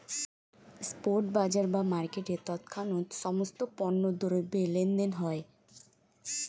spot বাজার বা মার্কেটে তৎক্ষণাৎ সমস্ত পণ্য দ্রব্যের লেনদেন হয়